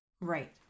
Right